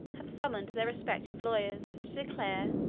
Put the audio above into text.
have summoned their respective lawyers, to declare,